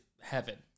heaven